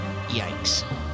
Yikes